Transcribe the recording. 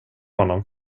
honom